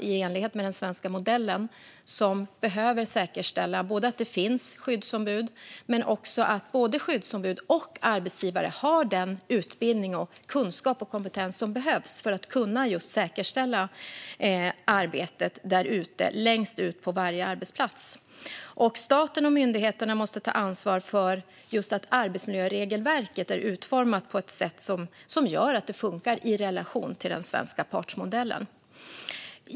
I enlighet med den svenska modellen är det parterna som ska säkerställa att det finns skyddsombud och att både skyddsombud och arbetsgivare har den utbildning, kunskap och kompetens som behövs för att kunna just säkerställa arbetet längst ut på varje arbetsplats. Staten och myndigheterna måste ta ansvar för att arbetsmiljöregelverket är utformat på ett sådant sätt att det funkar i relation till den svenska partsmodellen.